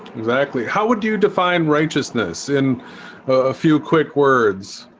exactly. how would you define righteousness in a few quick words?